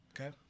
Okay